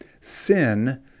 Sin